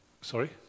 Sorry